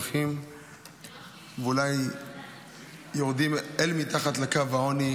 אנשים הולכים ואולי יורדים אל מתחת לקו העוני,